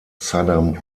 saddam